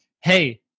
hey